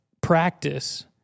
practice